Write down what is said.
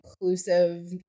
inclusive